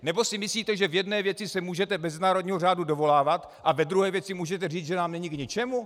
Nebo si myslíte, že v jedné věci se můžete mezinárodního řádu dovolávat a ve druhé můžete říct, že nám není k ničemu?